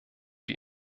die